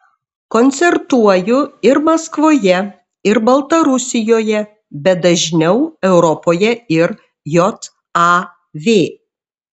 koncertuoju ir maskvoje ir baltarusijoje bet dažniau europoje ir jav